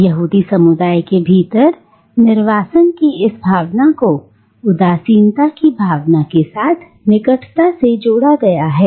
यहूदी समुदाय के भीतर निर्वासन की इस भावना को उदासीनता की भावना के साथ निकटता से जोड़ा गया है